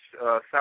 South